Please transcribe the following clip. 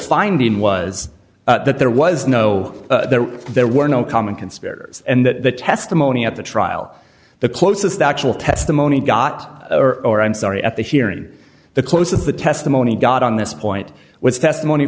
finding was that there was no there there were no common conspirators and that the testimony at the trial the closest actual testimony got or or i'm sorry at the hearing the close of the testimony got on this point with testimony